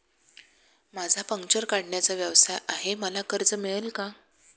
माझा पंक्चर काढण्याचा व्यवसाय आहे मला कर्ज मिळेल का?